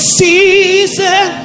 season